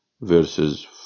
verses